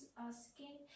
asking